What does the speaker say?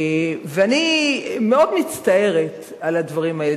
ואני מאוד מצטערת על הדברים האלה.